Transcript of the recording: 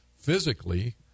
physically